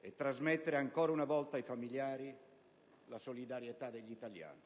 e trasmettere ancora una volta ai familiari la solidarietà degli italiani.